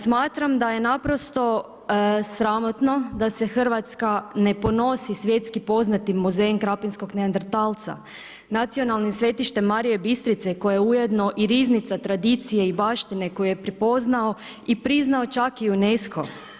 Smatram da je naprosto sramotno da se Hrvatska ne ponosi svjetski poznatim muzejem krapinskog neandertalca, nacionalnim svetištem Marija Bistrica koji je ujedno i riznica tradicije i baštine koju je prepoznao i priznao čak i UNESCO.